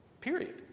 Period